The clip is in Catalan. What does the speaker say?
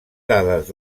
dades